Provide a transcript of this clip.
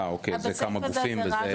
זה כמה גופים.